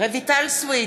רויטל סויד,